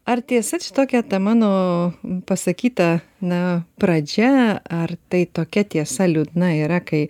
ar tiesa čia tokia ta mano pasakyta na pradžia ar tai tokia tiesa liūdna yra kai